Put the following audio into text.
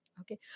okay